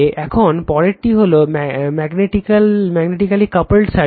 এখন পরেরটি হলো ম্যাগনেটিকালি কাপল্ড সার্কিট